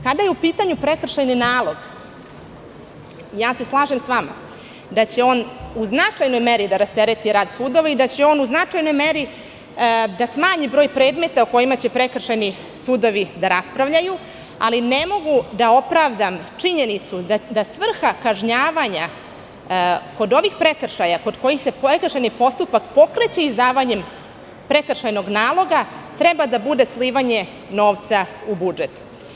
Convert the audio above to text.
Kada je u pitanju prekršajni nalog, slažem se sa vama da će on u značajnoj meri da rastereti rad sudova i da će on u značajnoj meri smanjiti broj predmeta o kojima će prekršajni sudovi da raspravljaju, ali ne mogu da opravdam činjenicu da svrha kažnjavanja kod ovih prekršaja, kod kojih se prekršajni postupak pokreće izdavanjem prekršajnog naloga, treba da bude slivanje novca u budžet.